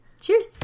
cheers